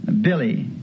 Billy